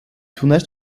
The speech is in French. tournage